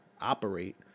operate